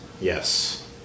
yes